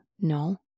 no